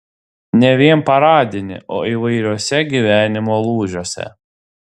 ne vien paradinį o įvairiuose gyvenimo lūžiuose